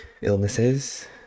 illnesses